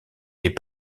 est